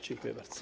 Dziękuję bardzo.